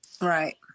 Right